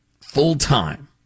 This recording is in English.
full-time